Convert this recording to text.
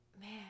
Man